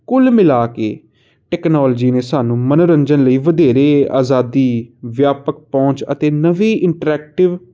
ਕੁੱਲ ਮਿਲਾ ਕੇ ਟੈਕਨੋਲਜੀ ਨੇ ਸਾਨੂੰ ਮਨੋਰੰਜਨ ਲਈ ਵਧੇਰੇ ਆਜ਼ਾਦੀ ਵਿਆਪਕ ਪਹੁੰਚ ਅਤੇ ਨਵੀਂ ਇੰਟਰੈਕਟਿਵ